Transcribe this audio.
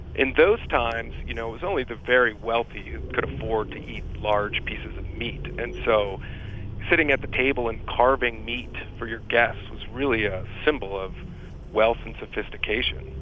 in those times, you know it was only the very wealthy who could afford to eat large pieces of meat. and so sitting at the table and carving meat for your guests was really a symbol of wealth and sophistication.